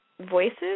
voices